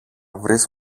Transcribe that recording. βρεις